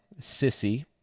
Sissy